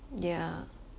yeah